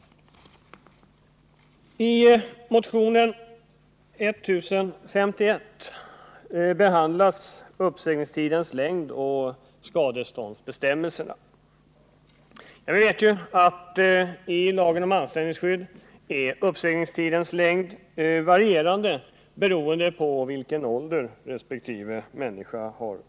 I motionen 1051 behandlas uppsägningstidens längd och skadeståndsbestämmelserna. Enligt lagen om anställningsskydd är uppsägningstidens längd varierande, beroende på vilken ålder resp. anställd har.